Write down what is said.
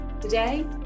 Today